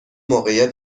موقعیت